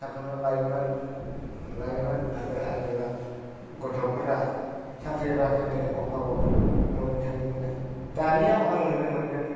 साफ्रोमबो लायमोन आरो आजोला गथ'फोरा साख्रि बाख्रिनि अभाबआव मोनो थाङियाव दानियाव आं नुनो मोनदों